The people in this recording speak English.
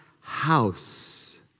house